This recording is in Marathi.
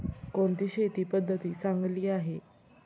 कोणती शेती पद्धती चांगली आहे?